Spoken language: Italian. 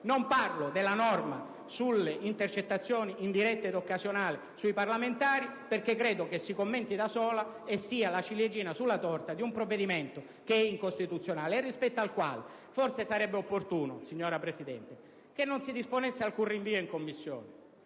Non parlo poi della norma sulle intercettazioni indirette ed occasionali che coinvolgono i parlamentari perché credo si commenti da sola e rappresenti la ciliegina sulla torta di un provvedimento che è incostituzionale e rispetto al quale, forse, sarebbe opportuno, signora Presidente, che non si disponesse alcun rinvio in Commissione.